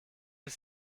ist